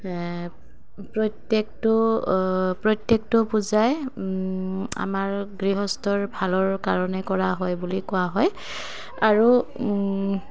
প্ৰত্যেকটো প্ৰত্যেকটো পূজাই আমাৰ গৃহস্থৰ ভালৰ কাৰণে কৰা হয় বুলি কোৱা হয় আৰু